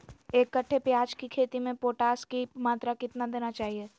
एक कट्टे प्याज की खेती में पोटास की मात्रा कितना देना चाहिए?